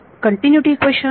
continuity equation